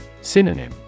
Synonym